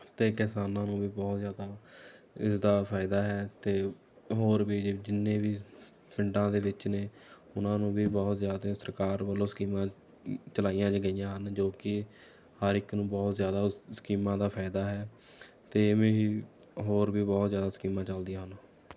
ਅਤੇ ਕਿਸਾਨਾਂ ਨੂੰ ਵੀ ਬਹੁਤ ਜ਼ਿਆਦਾ ਇਸਦਾ ਫਾਇਦਾ ਹੈ ਅਤੇ ਹੋਰ ਵੀ ਜਿੰਨੇ ਵੀ ਪਿੰਡਾਂ ਦੇ ਵਿੱਚ ਨੇ ਉਨ੍ਹਾਂ ਨੂੰ ਵੀ ਬਹੁਤ ਜ਼ਿਆਦਾ ਸਰਕਾਰ ਵੱਲੋਂ ਸਕੀਮਾਂ ਚਲਾਈਆਂ ਗਈਆ ਹਨ ਜੋ ਕਿ ਹਰ ਇੱਕ ਨੂੰ ਬਹੁਤ ਜ਼ਿਆਦਾ ਸਕੀਮਾਂ ਦਾ ਫਾਇਦਾ ਹੈ ਅਤੇ ਐਵੇਂ ਹੀ ਹੋਰ ਵੀ ਬਹੁਤ ਜ਼ਿਆਦਾ ਸਕੀਮਾਂ ਚੱਲਦੀਆਂ ਹਨ